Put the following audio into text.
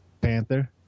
panther